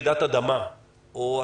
רעידת אדמה ועוד,